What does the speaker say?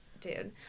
dude